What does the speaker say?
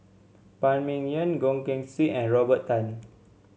Phan Ming Yen Goh Keng Swee and Robert Tan